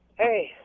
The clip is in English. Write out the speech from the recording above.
Hey